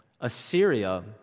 Assyria